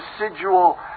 residual